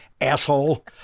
asshole